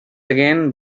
again